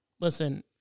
Listen